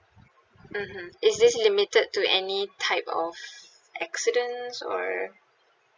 mmhmm is this limited to any type of accidents or